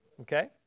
Okay